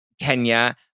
Kenya